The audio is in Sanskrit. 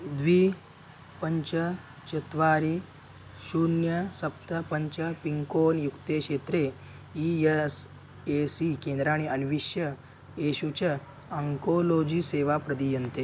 द्वे पञ्च चत्वारि शून्यं सप्त पञ्च पिन्कोल् युक्ते क्षेत्रे ई एस् ए सी केन्द्राणि अन्विष्य एषु च आङ्कोलोजि सेवा प्रदीयन्ते